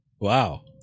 Wow